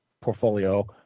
portfolio